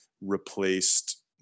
replaced